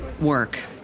work